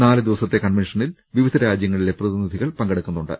നാല് ദിവസത്തെ കൺവൻഷനിൽ വിവിധ രാജ്യങ്ങളിലെ പ്രതിനിധികൾ പങ്കെടുക്കുന്നുണ്ട്